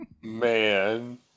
Man